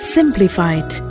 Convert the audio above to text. Simplified